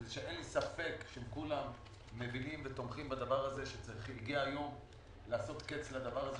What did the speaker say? אין לי ספק שכולם מבינים ותומכים בזה שהגיע היום לעשות קץ לכך,